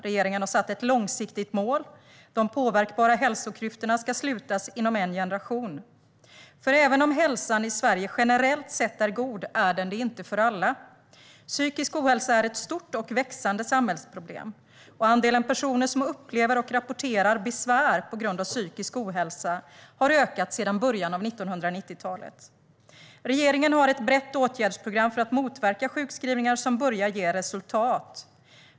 Regeringen har satt ett långsiktigt mål: De påverkbara hälsoklyftorna ska slutas inom en generation. För även om hälsan i Sverige generellt sett är god är den inte det för alla. Psykisk ohälsa är ett stort och växande samhällsproblem. Andelen personer som upplever och rapporterar besvär på grund av psykisk ohälsa har ökat sedan början av 1990-talet. Regeringen har ett brett åtgärdsprogram för att motverka sjukskrivningar, vilket börjar ge resultat.